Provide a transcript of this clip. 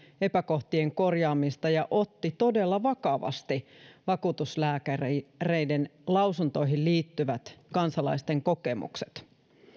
epäkohtien korjaamista ja otti todella vakavasti vakuutuslääkäreiden lausuntoihin liittyvät kansalaisten kokemukset